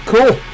Cool